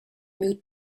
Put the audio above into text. miu